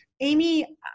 Amy